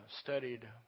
studied